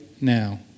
Now